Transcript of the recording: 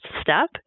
step